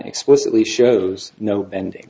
explicitly shows no bending